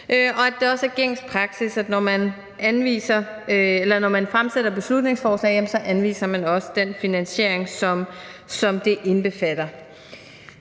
at det også er gængs praksis, at når man fremsætter beslutningsforslag, anviser man også den finansiering, som det indbefatter.